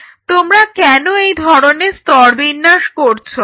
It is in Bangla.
তোমরা কেন এই ধরনের স্তরবিন্যাস করছো